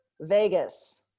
vegas